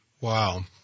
Wow